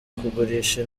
kugurisha